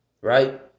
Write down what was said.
Right